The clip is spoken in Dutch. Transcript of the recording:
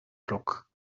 klok